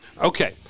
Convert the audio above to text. Okay